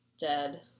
Dead